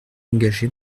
engagé